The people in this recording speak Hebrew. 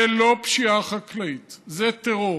זה לא פשיעה חקלאית, זה טרור.